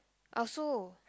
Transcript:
also